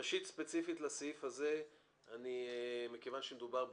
ראשית, ספציפית לסעיף הזה, מכיוון שמדובר בהודעות,